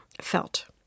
felt